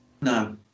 No